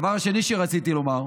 הדבר השני שרציתי לומר: